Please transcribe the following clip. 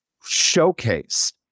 showcase